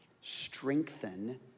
strengthen